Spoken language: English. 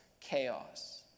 chaos